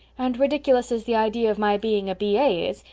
and, ridiculous as the idea of my being a b a. is,